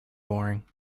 boring